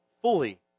fully